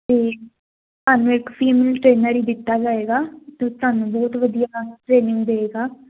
ਤੇ ਤੁਹਾਨੂੰ ਇੱਕ ਫੀਮੇਲ ਟ੍ਰੇਨਰ ਹੀ ਦਿੱਤਾ ਜਾਏਗਾ ਜੋ ਤੁਹਾਨੂੰ ਬਹੁਤ ਵਧੀਆ ਟ੍ਰੇਨਿੰਗ ਦਏਗਾ